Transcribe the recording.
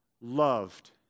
loved